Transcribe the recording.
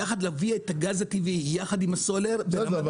יחד להביא את הגז הטבעי, יחד עם הסולר --- בסדר.